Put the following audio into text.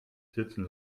sitzen